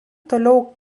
toliau